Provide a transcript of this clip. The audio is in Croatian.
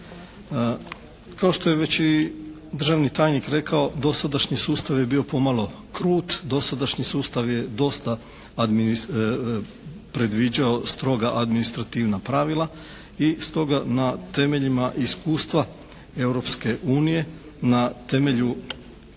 Kao što je već i državni tajnik rekao dosadašnji sustav je bio pomalo krut, dosadašnji sustav je dosta predviđao stroga administrativna pravila i stoga na temeljima iskustva Europske unije na temelju